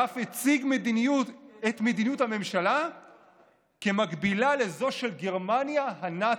ואף הציג את מדיניות הממשלה כמקבילה לזו של גרמניה הנאצית,